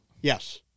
yes